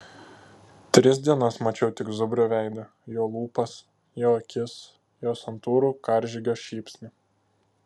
tris dienas mačiau tik zubrio veidą jo lūpas jo akis jo santūrų karžygio šypsnį